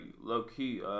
low-key